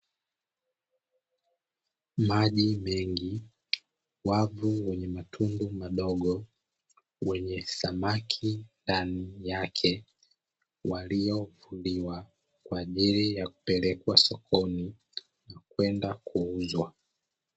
Maji mengi, wavu wenye matundu madogo wenye samaki ndani yake waliovuliwa kwa ajili ya kupelekwa sokoni na kwenda kuuzwa.